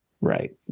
Right